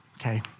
Okay